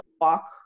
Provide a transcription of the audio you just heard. walk